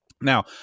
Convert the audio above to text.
now